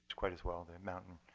quite as well. the mountain